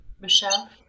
Michelle